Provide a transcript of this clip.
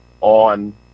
on